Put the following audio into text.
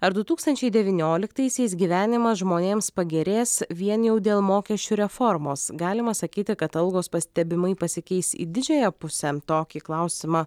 ar du tūkstančiai devynioliktaisiais gyvenimas žmonėms pagerės vien jau dėl mokesčių reformos galima sakyti kad algos pastebimai pasikeis į didžiąją pusę tokį klausimą